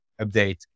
update